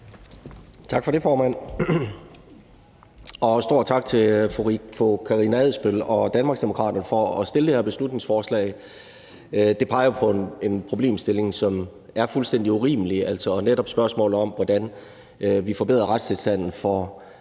Tak for det, formand, og også stor tak til fru Karina Adsbøl og Danmarksdemokraterne for at fremsætte det her beslutningsforslag. Det peger jo på en problemstilling, som er fuldstændig urimelig, og netop på spørgsmålet om, hvordan vi forbedrer retstilstanden for